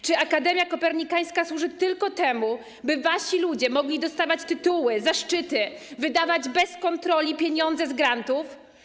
Czy Akademia Kopernikańska służy tylko temu, by wasi ludzie mogli dostawać tytuły, zaszczyty, wydawać bez kontroli pieniądze z grantów?